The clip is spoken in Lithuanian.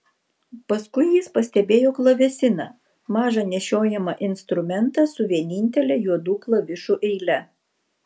paskui jis pastebėjo klavesiną mažą nešiojamą instrumentą su vienintele juodų klavišų eile